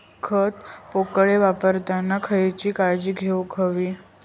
खत कोळपे वापरताना खयची काळजी घेऊक व्हयी?